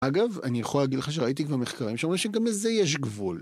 אגב, אני יכול להגיד לך שראיתי כבר מחקרים שאומרים שגם לזה יש גבול